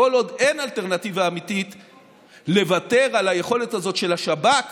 אלטרנטיבה אמיתית, לוותר על היכולת הזאת של השב"כ